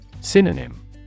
Synonym